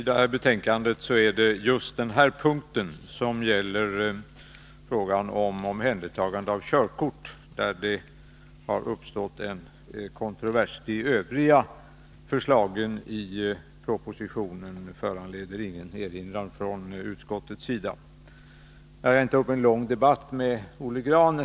Herr talman! I det här betänkandet är det beträffande omhändertagande av körkort som det har uppstått en kontrovers. De övriga förslagen i propositionen föranleder ingen erinran från utskottets sida. Jag vill inte ta upp en lång debatt med Olle Grahn.